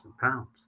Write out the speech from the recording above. pounds